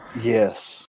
yes